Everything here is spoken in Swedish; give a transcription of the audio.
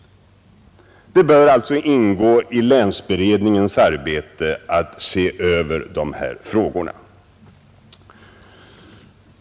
Det bör alltså ingå i länsberedningens arbete att se över dessa frågor.